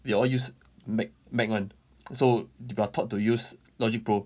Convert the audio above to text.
we all use mac mac one so we are taught to use logic pro